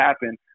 happen